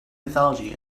mythology